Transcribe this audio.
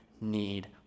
Need